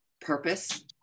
purpose